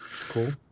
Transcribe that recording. Cool